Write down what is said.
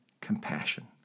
compassion